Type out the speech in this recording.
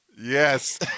yes